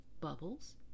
bubbles